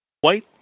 white